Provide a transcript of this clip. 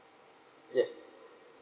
yes